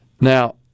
Now